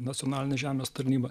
nacionalinė žemės tarnyba